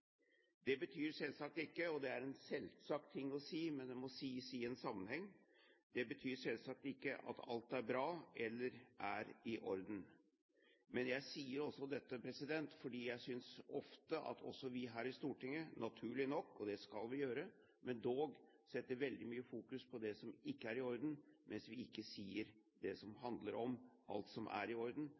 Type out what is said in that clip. Det betyr selvsagt ikke – og det er en selvsagt ting å si, men det må sies i en sammenheng – at alt er bra eller er i orden. Men jeg sier dette fordi jeg synes ofte at også vi her i Stortinget – naturlig nok, og det skal vi gjøre, men dog – setter veldig mye fokus på det som ikke er i orden, mens vi ikke sier så mye om det som handler om alt som er i orden.